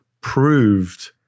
proved